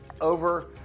over